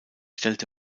stellte